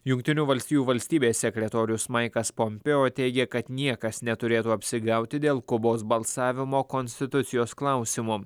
jungtinių valstijų valstybės sekretorius maikas pompėo teigė kad niekas neturėtų apsigauti dėl kovos balsavimo konstitucijos klausimo